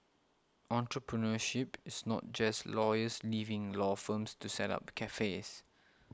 entrepreneurship is not just lawyers leaving law firms to set up cafes